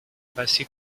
passé